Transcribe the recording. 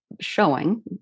showing